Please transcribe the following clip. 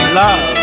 love